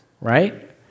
right